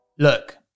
Look